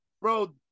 bro